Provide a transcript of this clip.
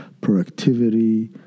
productivity